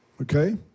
Okay